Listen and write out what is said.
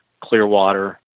Clearwater